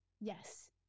yes